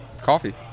coffee